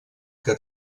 que